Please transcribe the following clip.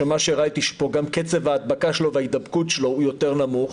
שמה שראיתי פה שגם קצב ההדבקה וההידבקות שלו יותר נמוך,